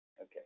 Okay